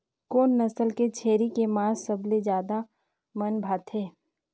कोन नस्ल के छेरी के मांस सबले ज्यादा मन भाथे?